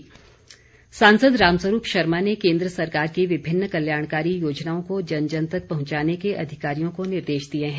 राम स्वरूप सांसद राम स्वरूप शर्मा ने केन्द्र सरकार की विभिन्न कल्याणकारी योजनाओं को जन जन तक पहुंचाने के अधिकारियों को निर्देश दिए हैं